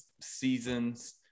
seasons